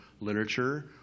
literature